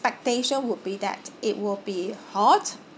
expectation would be that it will be hot